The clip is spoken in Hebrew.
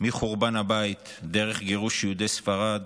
מחורבן הבית, דרך גירוש יהודי ספרד,